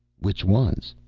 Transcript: which ones?